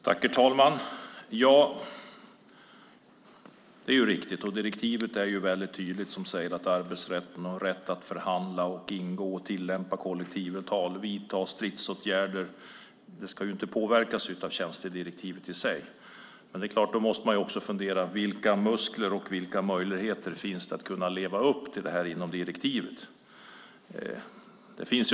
Herr talman! Det är riktigt, och direktivet är tydlig med arbetsrätten. Rätten att förhandla, ingå och tillämpa kollektivavtal och vidta stridsåtgärder ska inte påverkas av tjänstedirektivet. Man måste dock fundera över vilka muskler och möjligheter som finns inom direktivet för att kunna leva upp till detta.